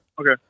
Okay